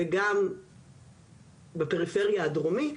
וגם בפריפריה הדרומית,